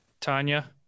Tanya